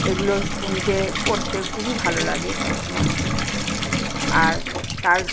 এগুলো শুনতে পড়তে খুবই ভালো লাগে সবসময় আর তার